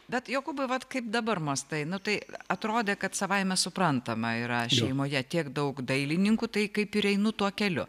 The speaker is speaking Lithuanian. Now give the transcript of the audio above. bet jokūbai vat kaip dabar mąstai nu tai atrodė kad savaime suprantama yra šeimoje tiek daug dailininkų tai kaip ir einu tuo keliu